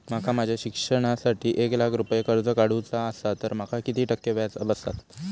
माका माझ्या शिक्षणासाठी एक लाख रुपये कर्ज काढू चा असा तर माका किती टक्के व्याज बसात?